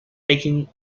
making